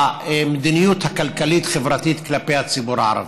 במדיניות הכלכלית-חברתית כלפי הציבור הערבי.